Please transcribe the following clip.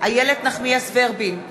איילת נחמיאס ורבין,